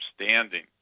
understanding